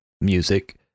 music